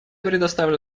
предоставлю